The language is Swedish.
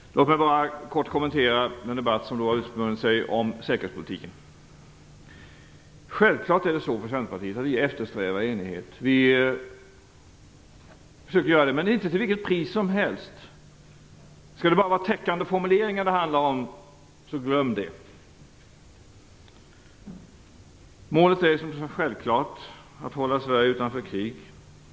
Sedan en kort kommentar till den debatt som har utspunnit sig om säkerhetspolitiken. Självklart eftersträvar vi i Centerpartiet enighet. Vi försöker göra det, men inte till vilket pris som helst. Skall det bara handla om täckande formuleringar, så glöm det! Målet är självklart: att hålla Sverige utanför krig.